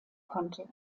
konnte